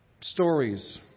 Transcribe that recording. Stories